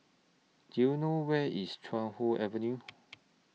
Do YOU know Where IS Chuan Hoe Avenue